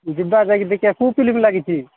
ଯିବା ଯାଇକି ଦେଖିବା କୋଉଁ ଫିଲ୍ମ ଲାଗିଛି